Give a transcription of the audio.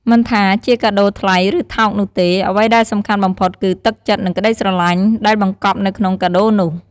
មិនថាជាកាដូថ្លៃ ឬថោកនោះទេ អ្វីដែលសំខាន់បំផុតគឺ ទឹកចិត្ត និងក្ដីស្រឡាញ់ ដែលបង្កប់នៅក្នុងកាដូនោះ។